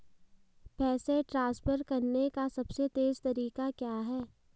पैसे ट्रांसफर करने का सबसे तेज़ तरीका क्या है?